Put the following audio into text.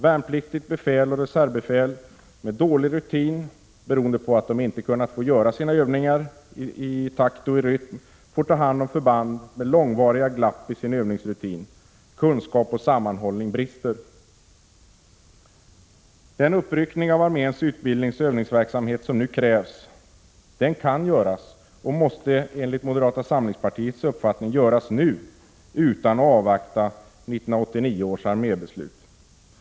Värnpliktigt befäl och reservbefäl med dålig rutin, beroende på att de inte fått göra sina övningar i takt och rytm, får ta hand om förband med långvariga glapp i sin övningsrutin. Kunskap och sammanhållning brister. Den uppryckning av arméns utbildningsoch övningsverksamhet som nu krävs kan göras och måste enligt moderata samlingspartiets uppfattning göras nu utan att man avvaktar 1989 års armébeslut.